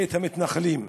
את המתנחלים.